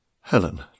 Helen